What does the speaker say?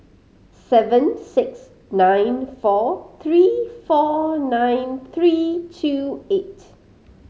seven six nine four three four nine three two eight